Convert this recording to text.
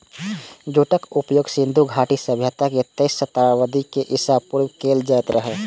जूटक उपयोग सिंधु घाटी सभ्यता मे तेसर सहस्त्राब्दी ईसा पूर्व कैल जाइत रहै